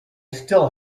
still